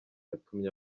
yatumye